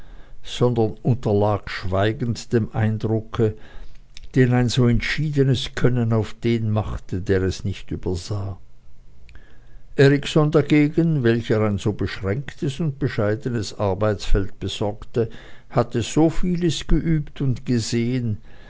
sondern unterlag schweigend dem eindrucke den ein so entschiedenes können auf den machte der es nicht übersah erikson dagegen welcher ein so beschränktes und bescheidenes arbeitsfeld besorgte hatte so vieles geübt und gesehen